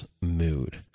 mood